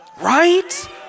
Right